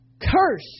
curse